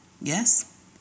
Yes